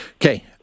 Okay